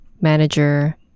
manager